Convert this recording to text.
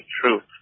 truth